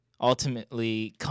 ultimately